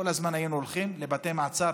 כל הזמן היינו הולכים לבתי מעצר,